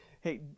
hey